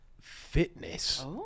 fitness